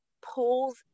pulls